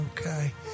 okay